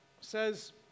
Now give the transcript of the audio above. says